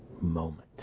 moment